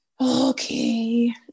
Okay